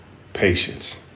patience.